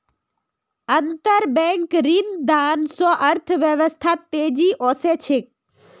अंतरबैंक ऋणदान स अर्थव्यवस्थात तेजी ओसे छेक